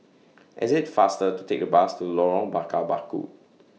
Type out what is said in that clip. IT IS faster to Take The Bus to Lorong Bakar Batu